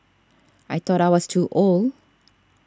I thought I was too old